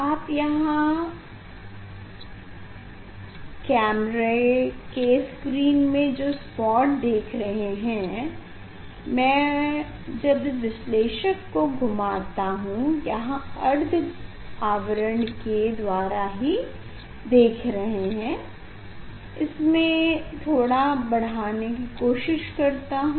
आप यहाँ आप कैमरा के स्क्रीन में जो स्पॉट देख रहे हैं मैं जब विश्लेषक को घूमता हूँ यहाँ अर्ध आवरण के द्वारा ही देख रहे हैं इसे थोड़ा बढ़ाने की कोशिश करता हूँ